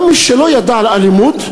גם מי שלא ידע על אלימות,